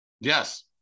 Yes